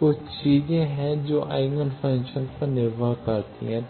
कुछ चीजें हैं जो आइजनफंक्शन पर निर्भर करती हैं